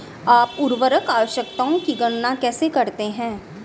आप उर्वरक आवश्यकताओं की गणना कैसे करते हैं?